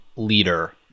leader